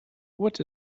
what